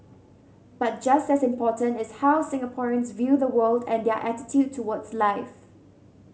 but just as important is how Singaporeans view the world and their attitude towards life